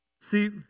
See